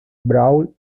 brawl